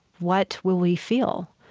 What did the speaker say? what will we feel?